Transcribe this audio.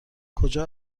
کجا